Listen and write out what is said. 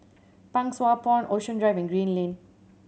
Pang Sua Pond Ocean Drive and Green Lane